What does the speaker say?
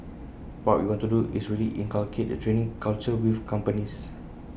what we want to do is really inculcate the training culture with companies